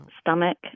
stomach